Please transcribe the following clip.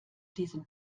diesem